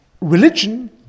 Religion